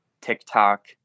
TikTok